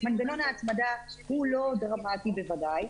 מנגנון ההצמדה הוא לא דרמטי בוודאי,